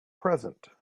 present